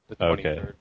Okay